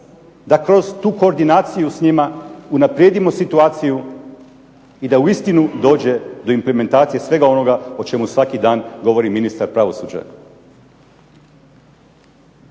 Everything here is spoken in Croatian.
da kroz tu koordinaciju s njima unaprijedimo situaciju i da uistinu dođe do implementacije onoga o čemu svaki dan govori ministar pravosuđa.